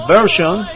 Version